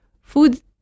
Food